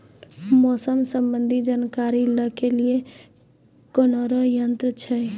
मौसम संबंधी जानकारी ले के लिए कोनोर यन्त्र छ?